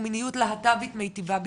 ומיניות להטבי"ת מיטיבה בכלל,